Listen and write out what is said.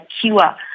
cure